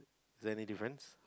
is it any difference